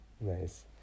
Nice